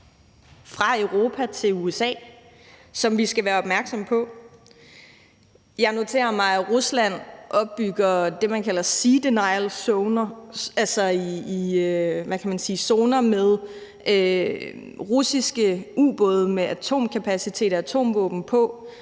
fra Europa til USA, som vi skal være opmærksomme på. Jeg noterer mig, at Rusland opbygger det, man kalder sea denial-zoner, altså zoner med russiske ubåde med atomkapacitet og atomvåben på,